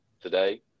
Today